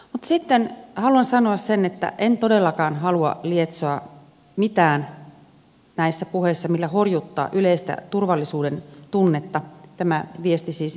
mutta sitten haluan sanoa sen että en todellakaan halua lietsoa mitään näissä puheissa mikä horjuttaa yleistä turvallisuudentunnetta tämä viesti siis ministerille